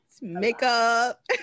makeup